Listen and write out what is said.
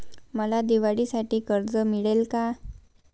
मला दिवाळीसाठी कर्ज मिळेल का?